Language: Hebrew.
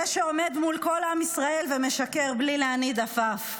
זה שעומד מול כל עם ישראל ומשקר בלי להניד עפעף,